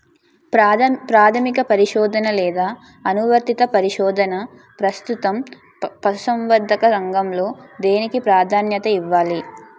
ప్రాథమిక పరిశోధన లేదా అనువర్తిత పరిశోధన? ప్రస్తుతం పశుసంవర్ధక రంగంలో దేనికి ప్రాధాన్యత ఇవ్వాలి?